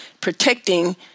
protecting